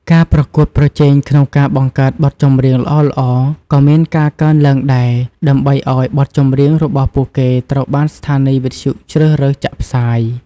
ការប្រកួតប្រជែងក្នុងការបង្កើតបទចម្រៀងល្អៗក៏មានការកើនឡើងដែរ ដើម្បីឲ្យបទចម្រៀងរបស់ពួកគេត្រូវបានស្ថានីយវិទ្យុជ្រើសរើសចាក់ផ្សាយ។